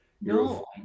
No